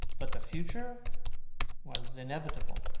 but the future was inevitable.